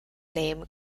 name